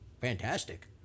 fantastic